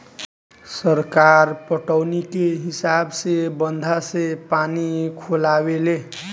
सरकार पटौनी के हिसाब से बंधा से पानी खोलावे ले